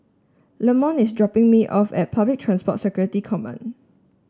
Lamont is dropping me off at Public Transport Security Command